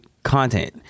content